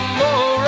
more